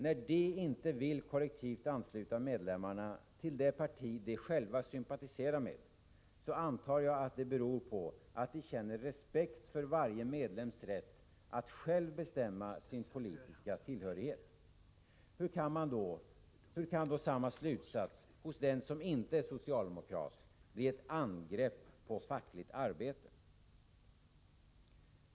När de inte vill ansluta medlemmarna kollektivt till det parti som de själva sympatiserar med antar jag att det beror på att de känner respekt för varje medlems rätt att själv bestämma sin politiska tillhörighet. Hur kan då samma slutsats hos den som inte är socialdemokrat bli ett angrepp på fackligt arbete?